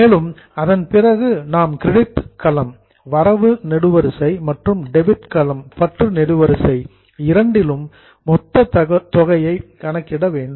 மேலும் அதன் பிறகு நாம் கிரெடிட் கலம் வரவு நெடுவரிசை மற்றும் டெபிட் கலம் பற்று நெடுவரிசை இரண்டிலும் மொத்த தொகையை கணக்கிட வேண்டும்